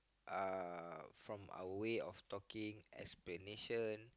uh from our way of talking explanation